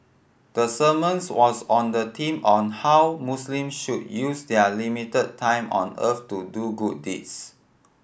the sermons was on the theme of how Muslim should use their limited time on earth to do good deeds